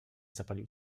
zapalił